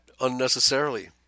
unnecessarily